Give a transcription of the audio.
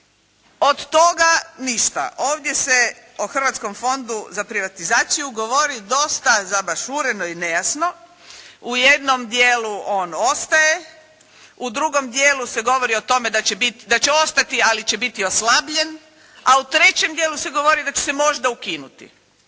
Od toga ništa. Ovdje se o Hrvatskom fondu za privatizaciju govori dosta zabašureno i nejasno, u jednom dijelu on ostaje, u drugom dijelu se govori o tome da će ostati ali će biti oslabljen, a u trećem dijelu se govori da će se možda ukinuti.